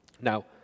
Now